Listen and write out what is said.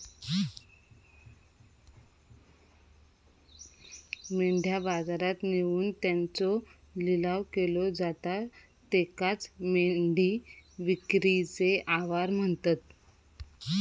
मेंढ्या बाजारात नेऊन त्यांचो लिलाव केलो जाता त्येकाचं मेंढी विक्रीचे आवार म्हणतत